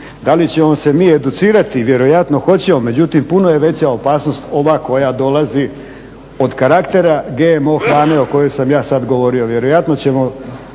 Da li ćemo se mi educirati, vjerojatno hoćemo. Međutim, puno je veća opasnost ova koja dolazi od karaktera GMO hrane o kojoj sam ja sad govorio.